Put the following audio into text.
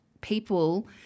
people